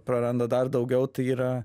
praranda dar daugiau tai yra